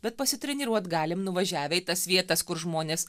bet pasitreniruot galim nuvažiavę į tas vietas kur žmonės